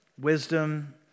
wisdom